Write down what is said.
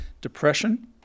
depression